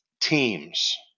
teams